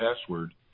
password